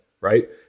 right